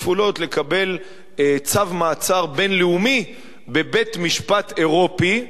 לקבל צו מעצר בין-לאומי בבית-משפט אירופי.